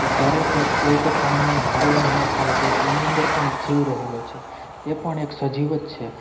કે ક્યારેય પણ કોઇ પણ પ્રાણીઓને મારીને ન ખાવા જોએ એની અંદર પણ જીવ રહેલો છે તે પણ એક સજીવ છે